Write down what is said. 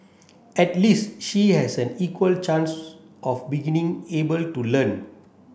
at least she has an equal chance of beginning able to learn